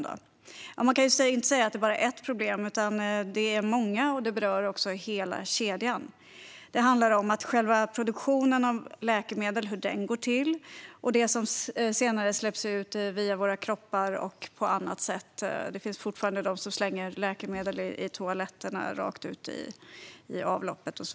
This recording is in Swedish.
Man kan säga att det inte bara är ett problem, utan det är många, och de berör hela kedjan. Det handlar om hur själva produktionen av läkemedel går till och om det som senare släpps ut via våra kroppar och på annat sätt. Det finns fortfarande de som slänger läkemedel i toaletterna, rakt ut i avloppet.